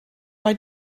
mae